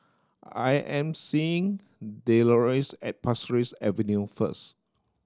I am meeting Deloris at Pasir Ris Avenue first